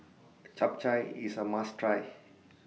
Chap Chai IS A must Try